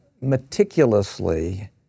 meticulously